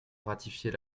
ratifier